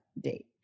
date